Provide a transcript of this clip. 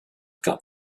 got